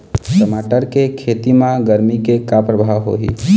टमाटर के खेती म गरमी के का परभाव होही?